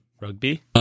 Rugby